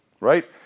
Right